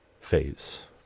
phase